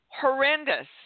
Horrendous